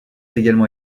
également